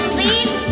Please